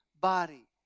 body